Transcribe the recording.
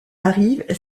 arrive